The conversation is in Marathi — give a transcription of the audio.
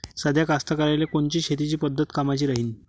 साध्या कास्तकाराइले कोनची शेतीची पद्धत कामाची राहीन?